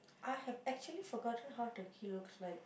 I have actually forgotten how the key looks like